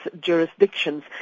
jurisdictions